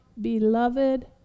beloved